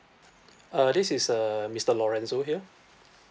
uh this is uh mister lawrence over here